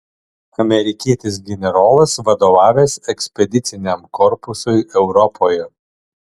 amerikietis generolas vadovavęs ekspediciniam korpusui europoje